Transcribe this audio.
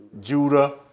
Judah